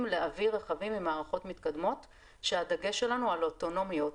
להביא רכבים עם מערכות מתקדמות כשהדגש שלנו הוא על אוטונומיות,